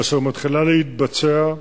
אשר מתחילה להתבצע,